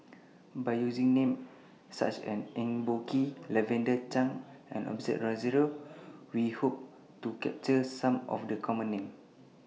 By using Names such as Eng Boh Kee Lavender Chang and Osbert Rozario We Hope to capture Some of The Common Names